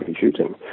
shooting